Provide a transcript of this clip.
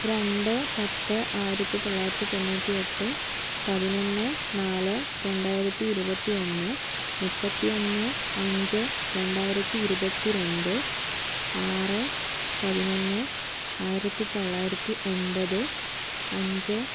രണ്ട് പത്ത് ആയിരത്തി തൊള്ളായിരത്തി തൊണ്ണൂറ്റി എട്ട് പതിനൊന്ന് നാല് രണ്ടായിരത്തി ഇരുപത്തി ഒന്ന് മുപ്പത്തി ഒന്ന് അഞ്ച് രണ്ടായിരത്തി ഇരുപത്തി രണ്ട് ആറ് പതിനൊന്ന് ആയിരത്തി തൊള്ളായിരത്തി എൺപത് അഞ്ച്